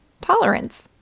tolerance